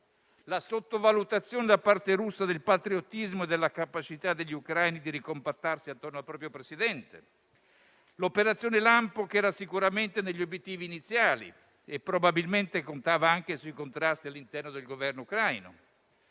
la sottovalutazione da parte russa del patriottismo e della capacità degli ucraini di ricompattarsi attorno al proprio Presidente; l'operazione lampo che era sicuramente negli obiettivi iniziali e probabilmente contava anche sui contrasti all'interno del Governo ucraino;